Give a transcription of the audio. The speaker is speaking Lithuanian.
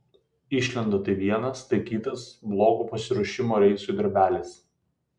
išlenda tai vienas tai kitas blogo pasiruošimo reisui darbelis